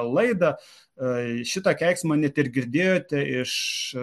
laidą šitą keiksmą ne tik girdėjote iš